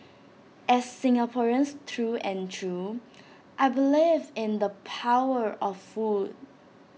as Singaporeans through and through I believe in the power of food